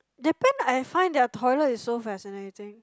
Japan I find their toilet is so fascinating